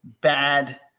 bad